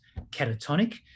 catatonic